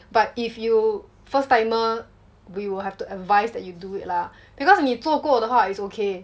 but if you first timer we will have to advise that you do it lah because 你做过的话 is okay